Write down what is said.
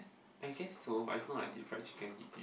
I guess so but it's not like deep fried heaty